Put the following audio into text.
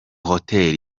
hotel